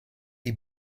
die